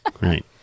right